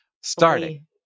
Starting